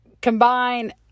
combine